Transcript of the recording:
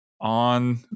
on